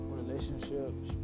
relationships